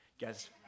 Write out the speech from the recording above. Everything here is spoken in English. guys